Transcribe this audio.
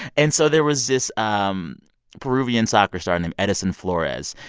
and so there was this um peruvian soccer star named edison flores.